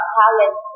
talent